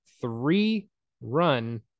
three-run